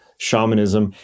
Shamanism